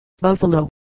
Buffalo